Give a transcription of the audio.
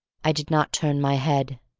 i did not turn my head.